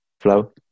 flow